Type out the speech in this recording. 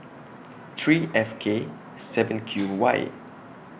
three F K seven Q Y